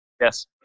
Yes